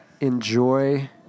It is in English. Enjoy